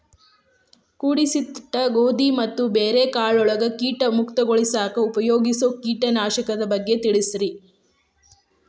ಕೂಡಿಸಿಟ್ಟ ಗೋಧಿ ಮತ್ತ ಬ್ಯಾರೆ ಕಾಳಗೊಳ್ ಕೇಟ ಮುಕ್ತಗೋಳಿಸಾಕ್ ಉಪಯೋಗಿಸೋ ಕೇಟನಾಶಕದ ಬಗ್ಗೆ ತಿಳಸ್ರಿ